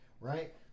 right